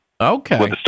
Okay